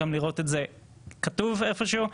גם לראות את זה כתוב איפה שהוא.